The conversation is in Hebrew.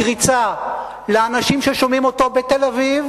הקריצה לאנשים ששומעים אותו בתל-אביב